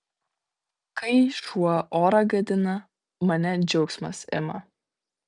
kai šuo orą gadina mane džiaugsmas ima